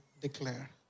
declare